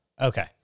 Okay